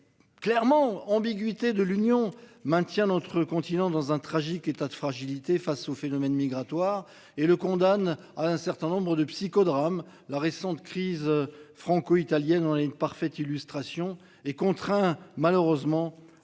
Clairement ambiguïté de l'Union maintient notre continent dans un tragique état de fragilité face au phénomène migratoire et le condamne à un certain nombres de psychodrame. La récente crise franco-italienne en est une parfaite illustration et contraint malheureusement à rechercher